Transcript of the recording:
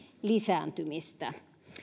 lisääntymistä